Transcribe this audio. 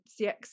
cx